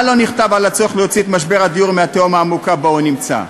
מה לא נכתב על הצורך להוציא את משבר הדיור מהתהום העמוקה שבה הוא נמצא?